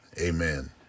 Amen